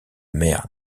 mer